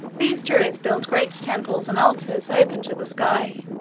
these druids built great temples and altars, open to the sky,